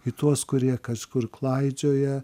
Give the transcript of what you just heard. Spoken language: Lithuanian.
į tuos kurie kažkur klaidžioja